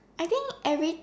I think every